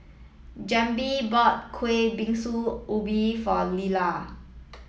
Jaheem bought Kueh Bingsu Ubi for Lelar